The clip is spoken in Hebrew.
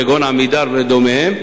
כגון "עמידר" ודומיה.